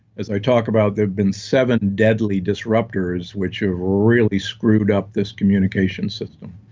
as i talk about, there have been seven deadly disruptors which have really screwed up this communication system,